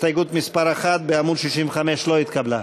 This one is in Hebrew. הסתייגות מס' 1 בעמוד 65 לא התקבלה.